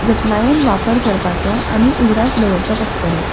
जतनायेन वापर करपाचो आमी उगडास दवरचो पडटलो